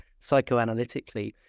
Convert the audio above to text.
psychoanalytically